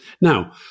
Now